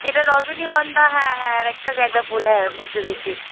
যেটা রজনীগন্ধা হ্যাঁ হ্যাঁ আর একটা গেঁদা ফুল হ্যাঁ বুঝতে পেরেছি